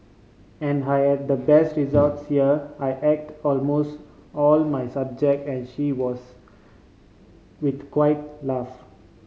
and I the best results here I aced almost all my subject and she was with quiet laugh